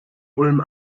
ulm